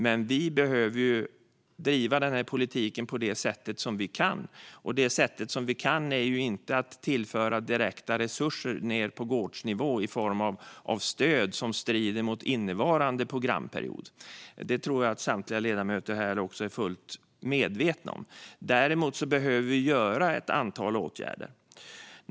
Men vi behöver driva politiken på det sätt vi kan, och det är inte att tillföra direkta resurser ned på gårdsnivå i form av stöd som strider mot innevarande programperiod. Det tror jag att samtliga ledamöter här är fullt medvetna om. Däremot behöver vi vidta ett antal åtgärder.